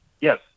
Yes